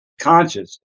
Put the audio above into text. conscious